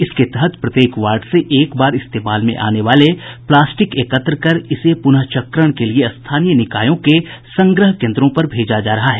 इसके तहत प्रत्येक वार्ड से एक बार इस्तेमाल में आने वाले प्लास्टिक एकत्र कर इसे पुनःचक्रण के लिए स्थानीय निकायों के संग्रह केन्द्रों पर भेजा जा रहा है